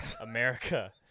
America